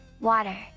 water